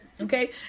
Okay